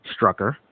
Strucker